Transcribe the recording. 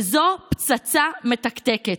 וזו פצצה מתקתקת.